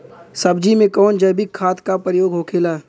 सब्जी में कवन जैविक खाद का प्रयोग होखेला?